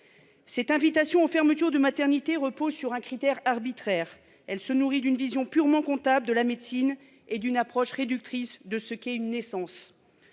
Cette invitation fermetures de maternités repose sur un critère arbitraire. Elle se nourrit d'une vision purement comptable de la médecine et d'une approche réductrice de ce qui est une naissance.